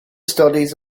studies